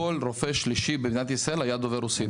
כל רופא שלישי במדינת ישראל היה דובר רוסית,